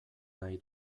nahi